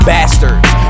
Bastards